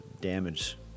damage